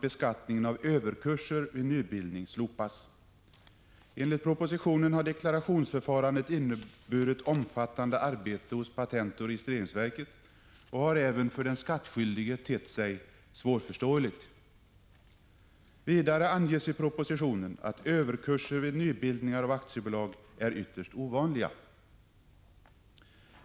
Enligt propositionen har deklarationsförfarandet inneburit omfattande arbete hos patentoch registreringsverket och även för den skattskyldige tett sig svårförståeligt. Vidare anges i propositionen att överkurser vid nybildningar av aktiebolag är ytterst ovanliga.